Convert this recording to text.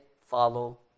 follow